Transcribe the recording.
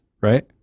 right